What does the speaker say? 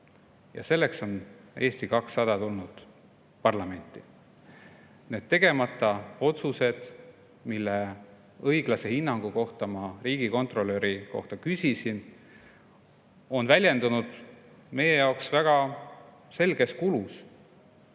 ja selleks on Eesti 200 tulnud parlamenti. Need tegemata otsused, mille õiglase hinnangu kohta ma riigikontrolörilt küsisin, on väljendunud meie jaoks väga selges kulus.